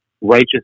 righteous